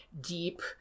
deep